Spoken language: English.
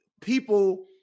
people